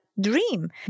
dream